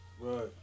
right